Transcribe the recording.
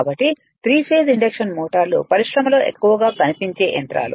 కాబట్టి three phase induction motor లు పరిశ్రమలో ఎక్కువగా కనిపించే యంత్రాలు